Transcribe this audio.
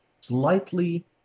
slightly